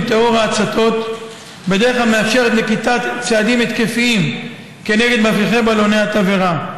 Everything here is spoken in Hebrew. טרור ההצתות בדרך המאפשרת נקיטת צעדים התקפיים נגד מפריחי בלוני התבערה.